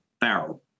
barrel